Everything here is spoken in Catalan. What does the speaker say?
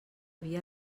havia